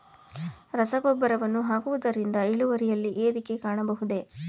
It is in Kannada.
ರಸಗೊಬ್ಬರವನ್ನು ಹಾಕುವುದರಿಂದ ಇಳುವರಿಯಲ್ಲಿ ಏರಿಕೆ ಕಾಣಬಹುದೇ?